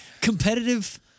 competitive